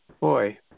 Boy